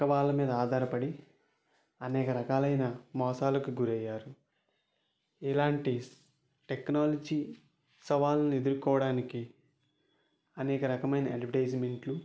పక్కవాళ్ళ మీద ఆధారపడి అనేక రకాలైన మోసాలకు గురయ్యారు ఇలాంటి టెక్నాలజీ సవాళ్ళను ఎదురుకోవడానికి అనేక రకమైన అడ్వేర్టీసెమెంట్లు